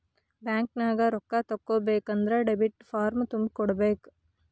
ಬ್ಯಾಂಕ್ನ್ಯಾಗ ರೊಕ್ಕಾ ತಕ್ಕೊಬೇಕನ್ದ್ರ ಡೆಬಿಟ್ ಫಾರ್ಮ್ ತುಂಬಿ ಕೊಡ್ಬೆಕ್